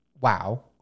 wow